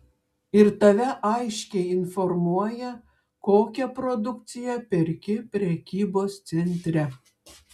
ir tave aiškiai informuoja kokią produkciją perki prekybos centre